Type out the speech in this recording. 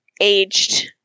aged